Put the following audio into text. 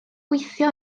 gweithio